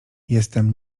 jestem